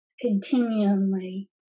continually